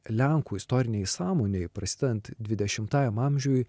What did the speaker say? lenkų istorinėj sąmonėj prasidedant dvidešimtajam amžiui